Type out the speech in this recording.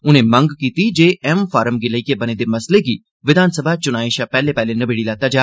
उनें मंग कीती ऐ जे एम फार्म गी लेइयै बने दे मसलें गी विधानसभा चुनाएं थमां पैह्ले पैह्ले नबेड़ी लैता जा